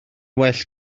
well